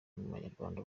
abanyarwanda